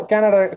Canada